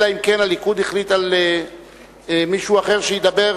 אלא אם כן הליכוד החליט על מישהו אחר שידבר,